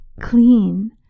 clean